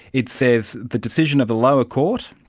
it says the decision of the lower court,